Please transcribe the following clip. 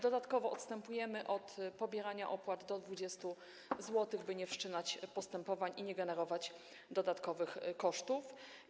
Dodatkowo odstępujemy od pobierania opłat do 20 zł, by nie wszczynać postępowań i nie generować dodatkowych kosztów.